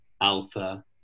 alpha